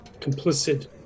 complicit